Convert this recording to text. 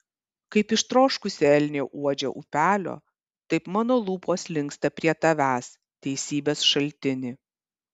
kaip ištroškusi elnė uodžia upelio taip mano lūpos linksta prie tavęs teisybės šaltini